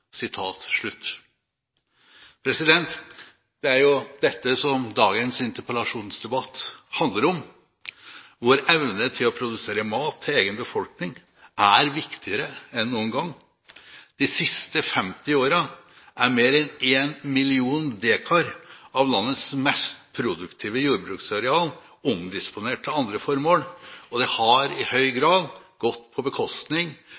Det er jo dette dagens interpellasjonsdebatt handler om. Vår evne til å produsere mat til egen befolkning er viktigere enn noen gang. De siste 50 årene er mer enn en million dekar av landets mest produktive jordbruksarealer omdisponert til andre formål, og det har i høy grad gått på bekostning